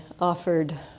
offered